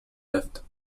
left